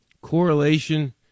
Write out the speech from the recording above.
Correlation